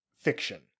fiction